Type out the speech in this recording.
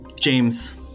James